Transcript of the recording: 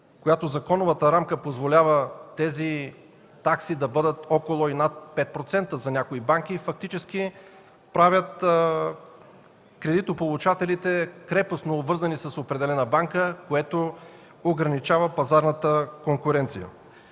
която законовата рамка позволява тези такси да бъдат около и над 5% за някои банки, фактически прави кредитополучателите крепостно обвързани с определена банка, което ограничава пазарната конкуренция.